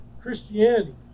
Christianity